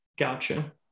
Gotcha